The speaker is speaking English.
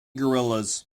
gorillas